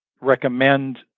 recommend